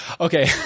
Okay